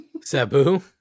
Sabu